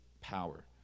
power